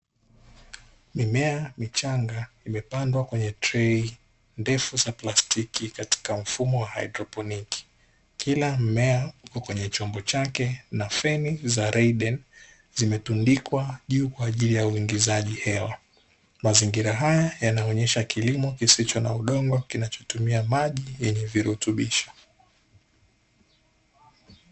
Mimea michanga imepandwa kwenye trei ndefu za plastiki, katika mfumo wa haidroponi, kila mmea upo kwenye chombo chake na feni za reideni zimetundikwa juu kwa ajili ya uingizaji hewa. Mazingira haya yanaonyesha kilimo kisicho na udongo, kinachotumia maji yenye virutubisho.